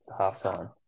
halftime